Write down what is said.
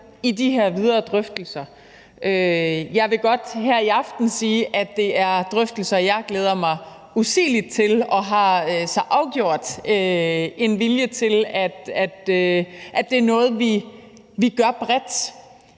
i de videre drøftelser. Jeg vil godt her i aften sige, at det er drøftelser, jeg glæder mig usigelig til, og jeg har så afgjort en vilje til, at det er noget, vi gør bredt.